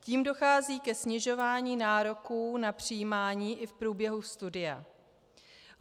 Tím dochází ke snižování nároků na přijímání i v průběhu studia.